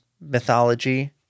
mythology